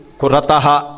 kurataha